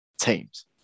teams